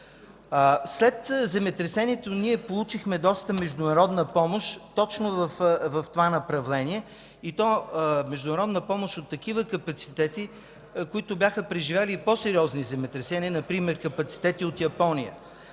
След земетресението ние получихме доста международна помощ точно в това направление, и то международна помощ от такива капацитети, които бяха преживели и по-сериозни земетресения, например капацитети от Япония.